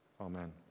Amen